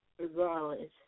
regardless